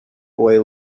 boy